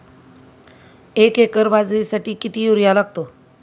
एक एकर बाजरीसाठी किती युरिया लागतो?